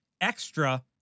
extra